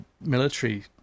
military